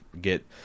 get